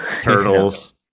Turtles